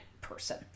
person